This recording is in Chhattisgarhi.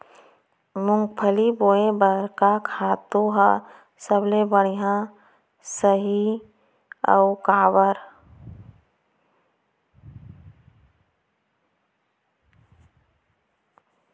मूंगफली बोए बर का खातू ह सबले बढ़िया रही, अऊ काबर?